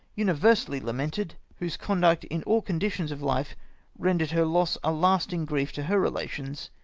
universally lamented, whose conduct in all conditions of life render'd her loss a lasting grief to her relations,